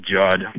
Judd